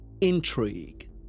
intrigue